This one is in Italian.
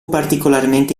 particolarmente